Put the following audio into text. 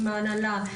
ההנהלה,